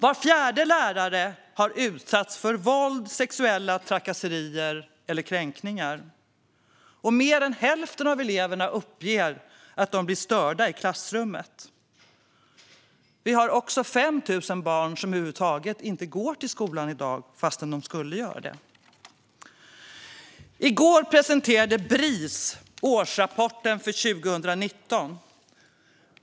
Var fjärde lärare har utsatts för våld, sexuella trakasserier eller kränkningar. Mer än hälften av eleverna uppger att de blir störda i klassrummet. Vi har också 5 000 barn som över huvud taget inte går till skolan i dag fastän de skulle göra det. I går presenterade Bris årsrapporten för 2019.